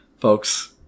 Folks